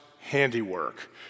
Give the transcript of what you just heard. handiwork